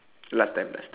last time last time